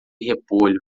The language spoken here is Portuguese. repolho